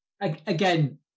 Again